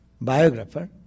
biographer